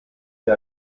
mir